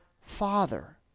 father